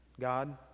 God